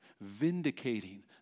Vindicating